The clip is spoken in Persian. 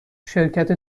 شرکت